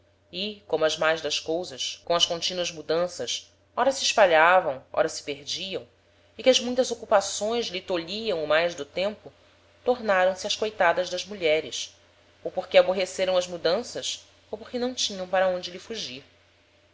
e como as mais das cousas com as continuas mudanças ora se espalhavam ora se perdiam e que as muitas ocupações lhe tolhiam o mais do tempo tornaram-se ás coitadas das mulheres ou porque aborreceram as mudanças ou porque não tinham para onde lhe fugir